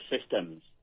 systems